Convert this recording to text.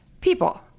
people